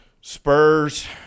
Spurs